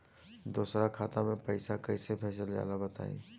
दोसरा खाता में पईसा कइसे भेजल जाला बताई?